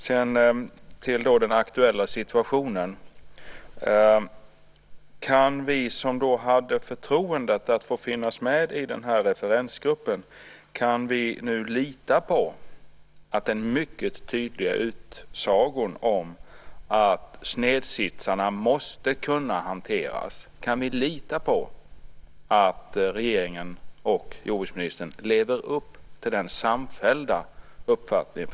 Beträffande den aktuella situationen vill jag fråga: Kan vi som hade förtroendet att få finnas med i referensgruppen nu lita på den mycket tydliga utsagan om att snedsitsarna måste kunna hanteras? Kan vi lita på att regeringen och jordbruksministern lever upp till den samfällda uppfattningen?